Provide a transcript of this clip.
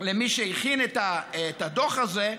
למי שהכין את הדוח הזה,